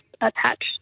attached